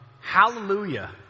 hallelujah